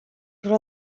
però